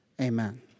Amen